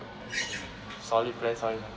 solid plan solid